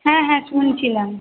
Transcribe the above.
হ্যাঁ হ্যাঁ শুনছিলাম